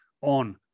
on